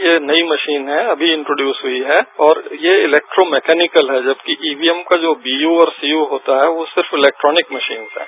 ये नई मसीन है अभी इन्टरज्यूज हुई है और ये इलेक्ट्रो मैकोनिकल है जबकि ईवीएम का वीयू और सीयू होता है वो सिर्फ इलेक्ट्रोनिक मवीन है